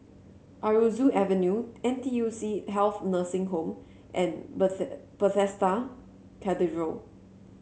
Aroozoo Avenue N T U C Health Nursing Home and Bethe Bethesda Cathedral